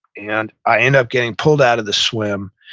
and i end up getting pulled out of the swim,